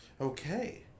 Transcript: Okay